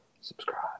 subscribe